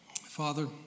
Father